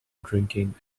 drinking